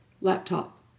laptop